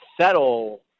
settle